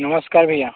नमस्कार भैया